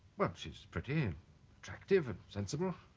well she's pretty um attractive and sensible.